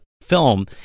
film